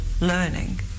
learning